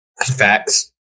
Facts